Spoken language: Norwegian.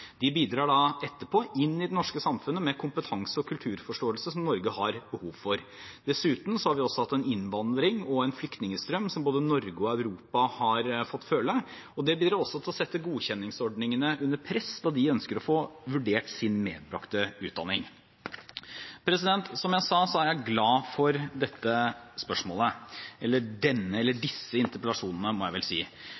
De bidrar da etterpå inn i det norske samfunnet med en kompetanse og kulturforståelse Norge har behov for. Dessuten har vi hatt en innvandring og en flyktningstrøm som både Norge og Europa har fått føle. Det bidrar også til å sette godkjenningsordningene under press, da de ønsker å få vurdert sin medbrakte utdanning. Som jeg sa, er jeg glad for dette spørsmålet – eller